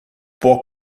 può